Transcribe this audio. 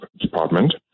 Department